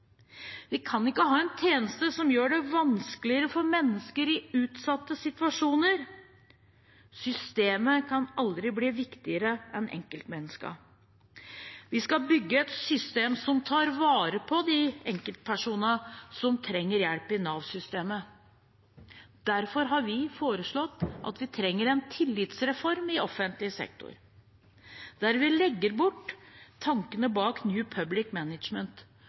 Vi kan ikke ha en tjeneste som gjør det vanskeligere for mennesker i utsatte situasjoner. Systemet kan aldri bli viktigere enn enkeltmenneskene. Vi skal bygge et system som tar vare på de enkeltpersonene som trenger hjelp i Nav-systemet. Derfor har vi foreslått det vi trenger, en tillitsreform i offentlig sektor, der vi legger bort tankene bak New Public Management,